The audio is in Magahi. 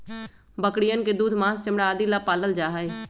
बकरियन के दूध, माँस, चमड़ा आदि ला पाल्ल जाहई